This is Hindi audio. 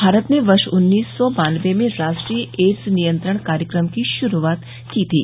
भारत ने वर्ष उन्नीस सौ बानबे में राष्ट्रीय एड्स नियंत्रण कार्यक्रम की शुरुआत की थी